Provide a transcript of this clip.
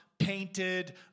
painted